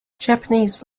japanese